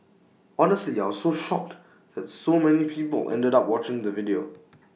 honestly I was shocked that so many people ended up watching the video